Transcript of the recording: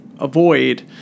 avoid